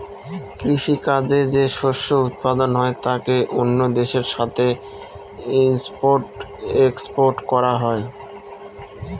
কৃষি কাজে যে শস্য উৎপাদন হয় তাকে অন্য দেশের সাথে ইম্পোর্ট এক্সপোর্ট করা হয়